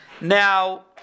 Now